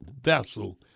vessel